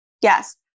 Yes